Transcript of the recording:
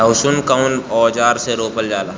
लहसुन कउन औजार से रोपल जाला?